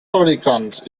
fabricants